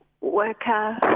worker